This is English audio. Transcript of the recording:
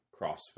CrossFit